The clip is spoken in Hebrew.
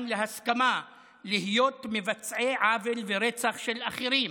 להסכמה להיות מבצעי עוול ורצח של אחרים,